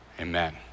Amen